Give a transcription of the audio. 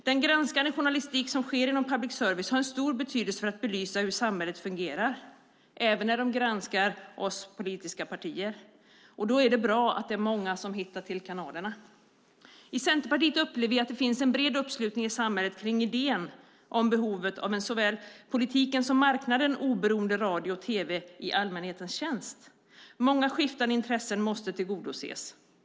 Den granskande journalistik som sker inom public service har stor betydelse för att belysa hur samhället fungerar, även när de granskar oss politiska partier. Då är det bra att många hittar till kanalerna. I Centerpartiet upplever vi att det finns en bred uppslutning i samhället kring idén om behovet av en av såväl politiken som marknaden oberoende radio och tv i allmänhetens tjänst. Många skiftande intressen måste tillgodoses.